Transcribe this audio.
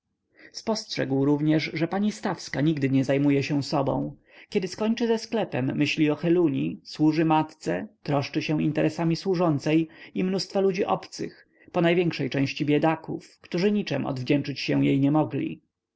spostrzegł również że pani stawska nigdy nie zajmuje się sobą kiedy skończy ze sklepem myśli o heluni służy matce troszczy się interesami służącej i mnóstwa ludzi obcych ponajwiększej części biedaków którzy niczem odwdzięczyć się jej nie mogli